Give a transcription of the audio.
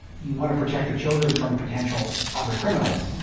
you want to protect the children from potential other criminals.